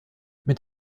mit